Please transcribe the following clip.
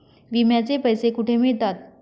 विम्याचे पैसे कुठे मिळतात?